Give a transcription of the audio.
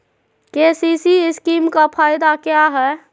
KCC scheme का फायदा क्या है?